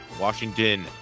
Washington